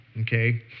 okay